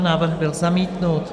Návrh byl zamítnut.